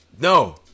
No